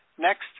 Next